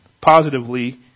positively